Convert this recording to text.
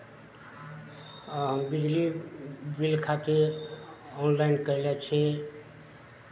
आ हम बिजली बिल खातिर ऑनलाइन कयने छी